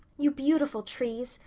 you beautiful trees!